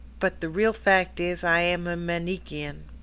but the real fact is i am a manichean.